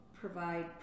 provide